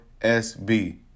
SB